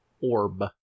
orb